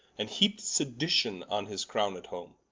and heap'd sedition on his crowne at home